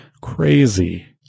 crazy